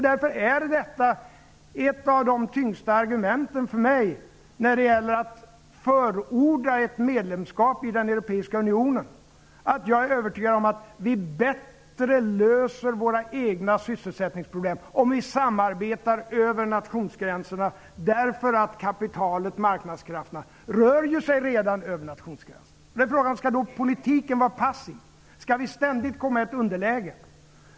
Därför är ett av mina tyngsta argument för att förorda ett medlemskap i den europeiska unionen att jag är övertygad om att vi löser våra egna sysselsättningsproblem bättre om vi samarbetar över nationsgränserna. Kapitalet, marknadskrafterna, rör sig redan över nationsgränserna. Skall politiken vara passiv? Skall vi ständigt komma i ett underläge?